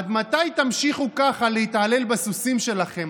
עד מתי תמשיכו ככה להתעלל בסוסים שלכם?